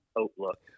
outlook